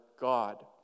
God